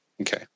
Okay